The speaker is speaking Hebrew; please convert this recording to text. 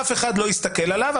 אף אחד לא הסתכל עליו,